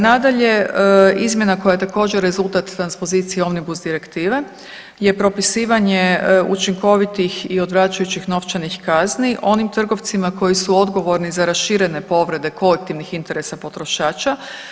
Nadalje, izmjena koja je također rezultat transpozicije Omnibus direktive je propisivanje učinkovitih i odvračajućih novčanih kazni onim trgovcima koji su odgovorni za raširene povrede kolektivnih interesa potrošača.